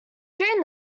during